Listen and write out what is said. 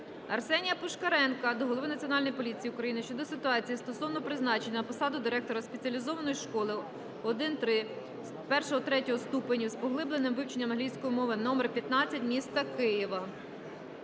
Арсенія Пушкаренка до Голови Національної поліції України щодо ситуації стосовно призначення на посаду директора спеціалізованої школи І-ІІІ ступенів з поглибленим вивченням англійської мови № 15 міста Києва.